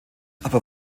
aber